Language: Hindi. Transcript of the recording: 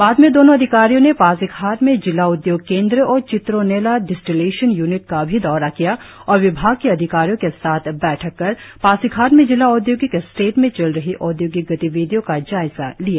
बाद में दोनों अधिकारियों ने पासीघाट में जिला उद्योग केंद्र और चिंद्रोनेला डीस्टिलेशन यूनिट का भी दौरा किया और विभाग के अधिकारियों के साथ बैठक कर पासीघाट में जिला औद्योगिक एस्टेट में चल रही औद्योगिक गतिविधियों का जायजा लिया